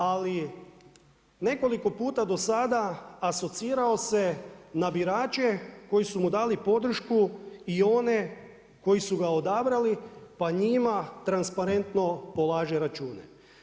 Ali nekoliko puta do sada asocirao se na birače koji su mu dali podršku i one koji su ga odabrali, pa njima transparentno polaže račune.